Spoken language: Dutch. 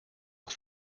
nog